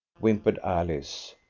whimpered alice.